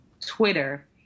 Twitter